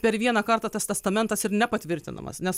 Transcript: per vieną kartą tas testamentas ir nepatvirtinamas nes